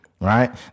Right